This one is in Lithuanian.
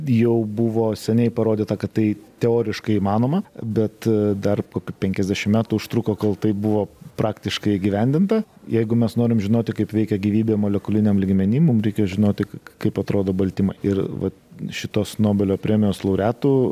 jau buvo seniai parodyta kad tai teoriškai įmanoma bet dar kokia penkiasdešim metų užtruko kol tai buvo praktiškai įgyvendinta jeigu mes norim žinoti kaip veikia gyvybė molekuliniam lygmeny mums reikia žinoti kaip atrodo baltymai ir vat šitos nobelio premijos laureatų